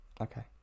Okay